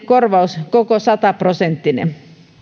korvaus koko sata prosenttinen